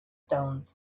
stones